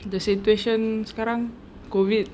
the situation sekarang COVID